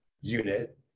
unit